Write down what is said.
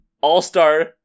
all-star